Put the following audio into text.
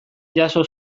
jaso